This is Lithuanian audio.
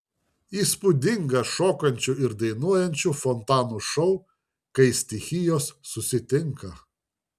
įspūdingas šokančių ir dainuojančių fontanų šou kai stichijos susitinka